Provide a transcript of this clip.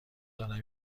دارم